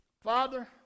Father